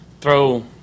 throw